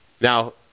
Now